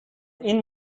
این